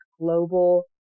global